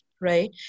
right